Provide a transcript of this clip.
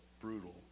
brutal